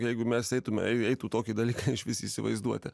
jeigu mes eitume ei eitų tokį dalyką išvis įsivaizduoti